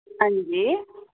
हां जी